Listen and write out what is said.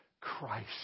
Christ